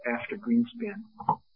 after-Greenspan